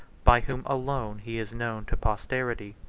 by whom alone he is known to posterity.